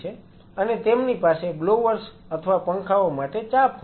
અને તેમની પાસે બ્લોવર્સ અથવા પંખાઓ માટે ચાંપ હોય છે